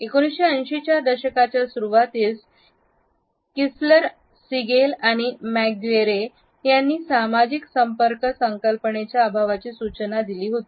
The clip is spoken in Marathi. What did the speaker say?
1980 च्या दशकाच्या सुरुवातीस किस्लर सिगेल आणि मॅकगुएरे यांनी सामाजिक संपर्क कल्पनेच्या अभावाची सूचना दिली होती